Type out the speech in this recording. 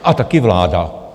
A taky vláda.